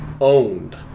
owned